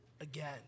again